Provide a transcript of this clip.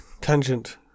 tangent